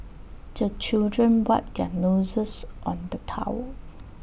the children wipe their noses on the towel